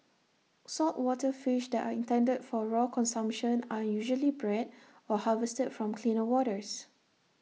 saltwater fish that are intended for raw consumption are usually bred or harvested from cleaner waters